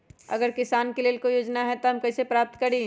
अगर किसान के लेल कोई योजना है त हम कईसे प्राप्त करी?